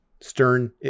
stern